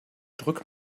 drück